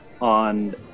on